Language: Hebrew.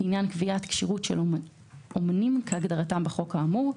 לעניין קביעת כשירות של אומנים כהגדרתם בחוק האמור.